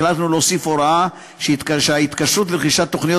החלטנו להוסיף הוראה שהתקשרות לרכישת תוכניות